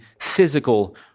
physical